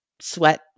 sweat